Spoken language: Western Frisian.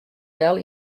del